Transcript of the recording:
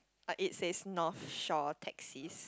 ah it says North Shore taxis